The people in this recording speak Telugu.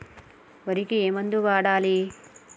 వరికి ఏ మందు వాడాలి?